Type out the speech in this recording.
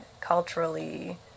culturally